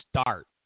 start